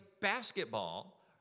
basketball